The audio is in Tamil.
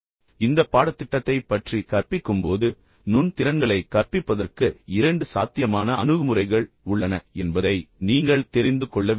இந்த பாடத்திட்டத்தைப் பற்றி கற்பிக்கும் போது நுண் திறன்களைக் கற்பிப்பதற்கு இரண்டு சாத்தியமான அணுகுமுறைகள் உள்ளன என்பதை நீங்கள் தெரிந்து கொள்ள விரும்புகிறேன்